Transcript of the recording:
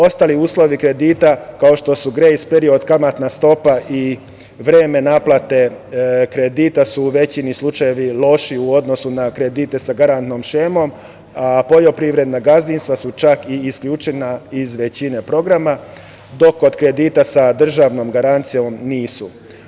Ostali uslovi kredita, kao što su grejs period, kamatna stopa i vreme naplate kredita su u većini slučajeva lošiji u odnosu na kredite sa garantnom šemom, a poljoprivredna gazdinstva su čak i isključena iz većine programa, dok kod kredita sa državnom garancijom nisu.